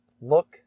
look